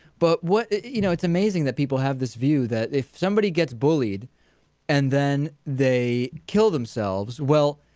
but what. you know, it's amazing that people have this view that if somebody gets bullied and then they kill themselves, well,